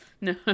No